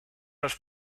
los